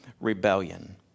rebellion